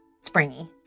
springy